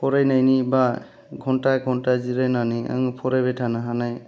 फरायनायनि बा घन्टा घन्टा जिरायनायनि आङो फरायबाय थानो हानाय